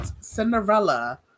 Cinderella